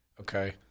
okay